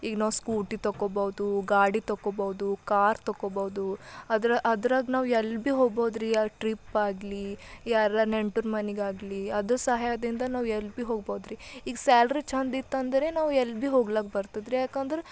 ಈಗ ನಾವು ಸ್ಕೂಟಿ ತೊಗೊಬೌದು ಗಾಡಿ ತೊಗೊಬೌದು ಕಾರ್ ತೊಗೊಬೌದು ಅದರ ಅದ್ರಗ ನಾವು ಎಲ್ಲಿ ಬಿ ಹೋಗ್ಬೋದು ರೀ ಟ್ರಿಪ್ಪಾಗಲಿ ಯಾರಾರ ನೆಂಟ್ರ ಮನೆಗಾಗಲಿ ಅದ್ರ ಸಹಾಯದಿಂದ ನಾವು ಎಲ್ಲಿ ಬಿ ಹೋಗ್ಬೋದು ರೀ ಈಗ ಸ್ಯಾಲ್ರಿ ಛಂದಿತ್ತಂದರೆ ನಾವು ಎಲ್ಲಿ ಬಿ ಹೋಗ್ಲಿಕ್ ಬರ್ತದ್ರೀ ಯಾಕಂದ್ರ